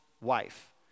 wife